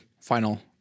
final